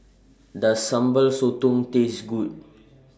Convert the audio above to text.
Does Sambal Sotong Taste Good